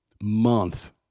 months